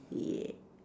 yeah